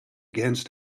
against